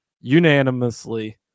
unanimously